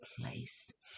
place